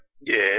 Yes